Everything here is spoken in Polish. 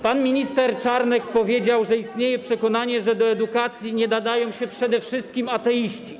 Pan minister Czarnek powiedział, że istnieje przekonanie, że do edukacji nie nadają się przede wszystkim ateiści.